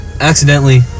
accidentally